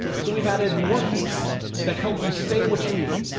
so we've added more features that help you say what you mean.